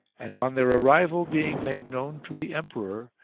and, on their arrival being made known to the emperor,